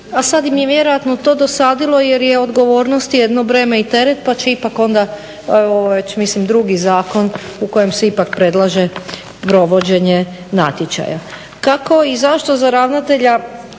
a sad im je vjerojatno to dosadilo jer je odgovornost jedno breme i teret pa će ipak onda ovo je već mislim drugi zakon u kojem se ipak predlaže provođenje natječaja. Kako i zašto za ravnatelja